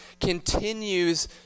continues